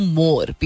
more